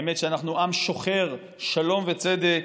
האמת שאנחנו עם שוחר שלום וצדק,